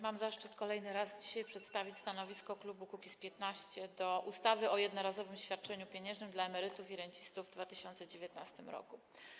Mam zaszczyt kolejny raz dzisiaj przedstawić stanowisko klubu Kukiz’15 wobec ustawy o jednorazowym świadczeniu pieniężnym dla emerytów i rencistów w 2019 r.